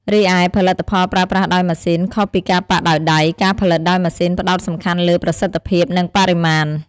រីឯ ផលិតផលប្រើប្រាស់ដោយម៉ាស៊ីន ខុសពីការប៉ាក់ដោយដៃ ការផលិតដោយម៉ាស៊ីនផ្តោតសំខាន់លើ ប្រសិទ្ធភាព និង បរិមាណ។